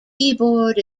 keyboard